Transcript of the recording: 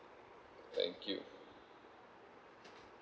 thank you